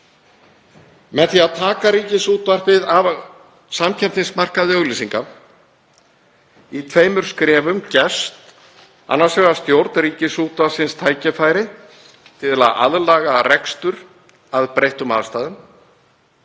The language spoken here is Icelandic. Með því að taka Ríkisútvarpið af samkeppnismarkaði auglýsinga í tveimur skrefum gefst annars vegar stjórn Ríkisútvarpsins tækifæri til að aðlaga rekstur að breyttum aðstæðum